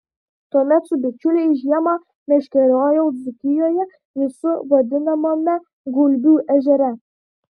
tuomet su bičiuliais žiemą meškeriojau dzūkijoje visų vadinamame gulbių ežere